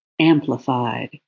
amplified